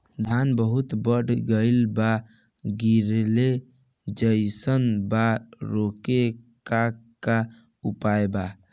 धान बहुत बढ़ गईल बा गिरले जईसन बा रोके क का उपाय बा?